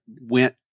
went